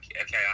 okay